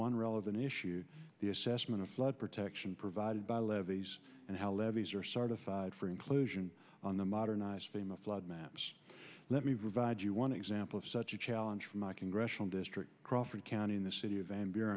one relevant issue the assessment of flood protection provided by levees and how levees are certified for inclusion on the modernize famous flood maps let me provide you one example of such a challenge from my congressional district crawford county in the city of van b